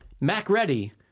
Macready